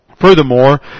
Furthermore